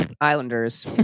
Islanders